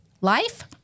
life